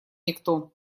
никто